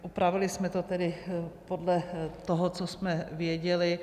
Opravili jsme to tedy podle toho, co jsme věděli.